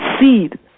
seed